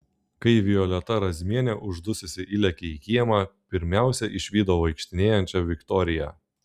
kai violeta razmienė uždususi įlėkė į kiemą pirmiausia išvydo vaikštinėjančią viktoriją